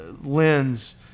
lens